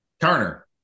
Turner